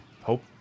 hope